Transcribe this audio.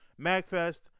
MagFest